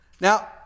Now